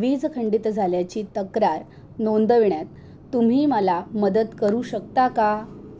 वीज खंडित झाल्याची तक्रार नोंदविण्यात तुम्ही मला मदत करू शकता का